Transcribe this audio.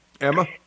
Emma